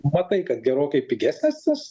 matai kad gerokai pigesnės jos